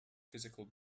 physical